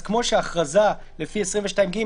אז כמו שההכרזה לפי 22ג,